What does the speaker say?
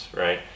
right